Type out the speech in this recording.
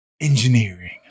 engineering